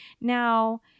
now